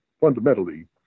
fundamentally